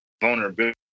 vulnerability